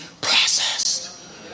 processed